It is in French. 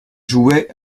jouait